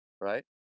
right